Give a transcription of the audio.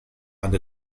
and